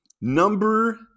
Number